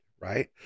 right